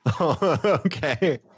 Okay